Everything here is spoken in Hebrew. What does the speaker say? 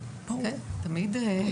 זה תמיד טוב.